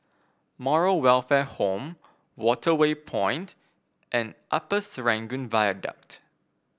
Moral Welfare Home Waterway Point and Upper Serangoon Viaduct